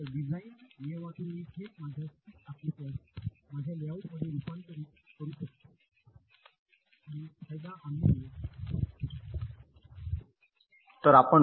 तर डिझाइन नियमातून मी थेट माझ्या स्टिक आकृत्यास माझ्या लेआउटमध्ये रूपांतरित करू शकतो फायदा आम्ही मिळवितो